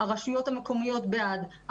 הרשויות המקומיות בעד,